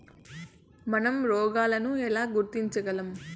మనం రోగాలను ఎలా గుర్తించగలం?